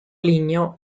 ligneo